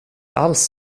alls